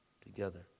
together